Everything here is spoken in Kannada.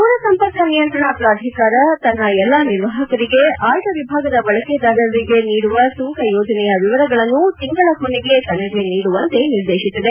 ದೂರ ಸಂಪರ್ಕ ನಿಯಂತ್ರಣ ಪ್ರಾಧಿಕಾರವು ತನ್ನ ಎಲ್ಲಾ ನಿರ್ವಾಹಕರಿಗೆ ಆಯ್ದ ವಿಭಾಗದ ಬಳಕೆದಾರರಿಗೆ ನೀಡುವ ಸುಂಕ ಯೋಜನೆಯ ವಿವರಗಳನ್ನು ತಿಂಗಳ ಕೊನೆಗೆ ತನಗೆ ನೀಡುವಂತೆ ನಿರ್ದೇಶಿಸಿದೆ